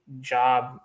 job